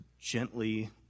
gently